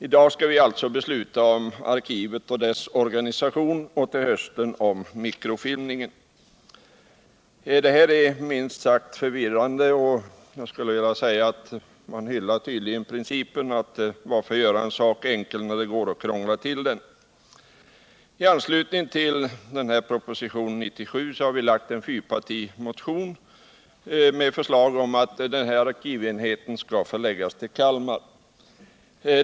I dag skall vi alltså besluta om arkivet och dess organisation och till hösten om mikrofilmningen. Det här är minst sagt förvillande. Man hyllar tydligen principen: varför göra en sak enkel när det går att krångla till den. I anslutning till propositionen 97 har det lagts fram en fyrpartimotion om att det föreslagna nyinrättade arkivet skall förläggas till Kalmar.